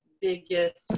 biggest